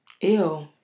ew